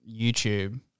YouTube